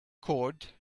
cord